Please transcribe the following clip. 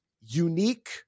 unique